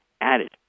added